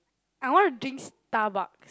I want to drink Starbucks